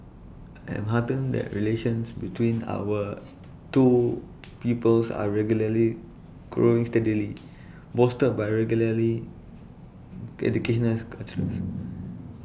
I'm heartened that relations between our two peoples are regularly growing steadily bolstered by regularly educational